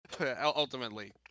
ultimately